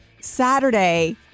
Saturday